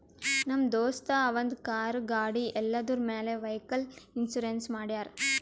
ನಮ್ ದೋಸ್ತ ಅವಂದ್ ಕಾರ್, ಗಾಡಿ ಎಲ್ಲದುರ್ ಮ್ಯಾಲ್ ವೈಕಲ್ ಇನ್ಸೂರೆನ್ಸ್ ಮಾಡ್ಯಾರ್